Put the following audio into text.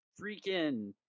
Freaking